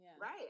right